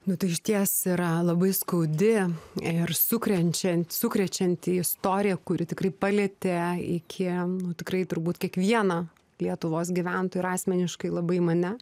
nu tai išties yra labai skaudi ir sukrenčian sukrečianti istorija kuri tikrai palietė iki tikrai turbūt kiekvieną lietuvos gyventoją ir asmeniškai labai mane